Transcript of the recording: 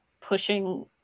pushing